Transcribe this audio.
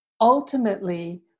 Ultimately